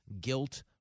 guilt